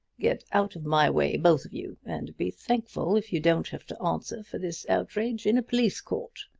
get out of my way, both of you! and be thankful if you don't have to answer for this outrage in a police court!